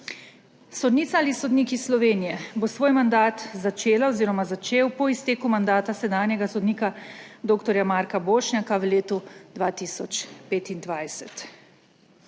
Sodnica ali sodnik iz Slovenije bo svoj mandat začela oziroma začel po izteku mandata sedanjega sodnika dr. Marka Bošnjaka v letu 2025.